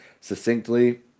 succinctly